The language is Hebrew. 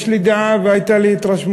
יש לי והייתה לי התרשמות.